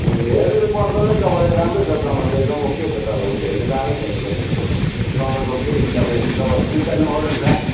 हेर्नु त पर्दैन नि तपाईँले राम्रै छ सामान त एकदम ओके छ तपाईँको हेर्ने कामै छैन तपाईँको सामानको केही हिसाबहरू नभए चिन्ता नगर्नुहोस् न